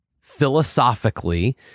philosophically